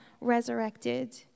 resurrected